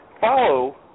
follow